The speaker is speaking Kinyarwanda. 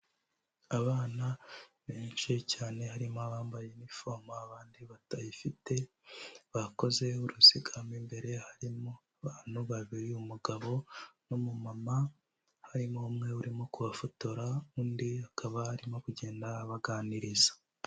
Abana benshi cyane harimo abambaye inifomu abandi batayifite, bakoze uruziga mu imbere harimo abantu babiri umugabo n'umumama harimo umwe urimo kubafotora undi akaba arimo kugenda abaganiriza.